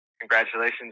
Congratulations